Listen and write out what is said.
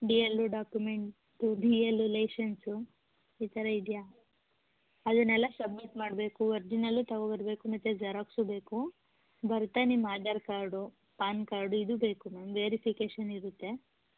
D L document D L licence ಈ ಥರ ಇದೆಯಾ ಅದನ್ನೆಲ್ಲ ಸಬ್ಮಿಟ್ ಮಾಡಬೇಕು ಒರ್ಜಿನಲ್ಲೂ ತೊಗೋ ಬರಬೇಕು ಮತ್ತು ಜೆರಾಕ್ಸು ಬೇಕು ಬರ್ತಾ ನಿಮ್ಮ ಆಧಾರ್ ಕಾರ್ಡು ಪಾನ್ ಕಾರ್ಡು ಇದೂ ಬೇಕು ನಮ್ಗೆ ವೇರಿಫಿಕೇಷನ್ ಇರುತ್ತೆ